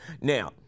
Now